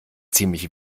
ziemlich